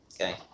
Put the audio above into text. Okay